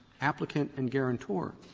applicant and guarantor.